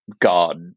God